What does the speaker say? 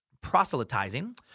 proselytizing